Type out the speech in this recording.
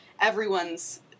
everyone's